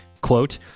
quote